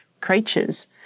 creatures